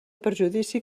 perjudici